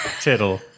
Tittle